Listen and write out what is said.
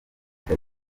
icyo